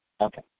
Okay